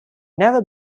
never